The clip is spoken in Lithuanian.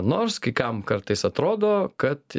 nors kai kam kartais atrodo kad